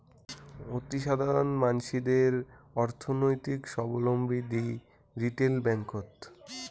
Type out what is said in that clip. অতিসাধারণ মানসিদের অর্থনৈতিক সাবলম্বী দিই রিটেল ব্যাঙ্ককোত